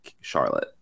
Charlotte